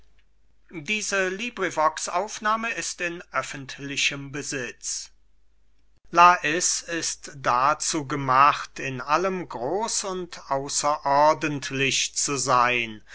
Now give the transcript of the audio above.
aristipp an learch lais ist dazu gemacht in allem groß und außerordentlich zu seyn